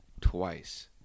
twice